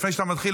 לפני שאתה מתחיל,